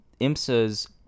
IMSA's